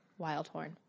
Wildhorn